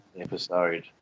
episode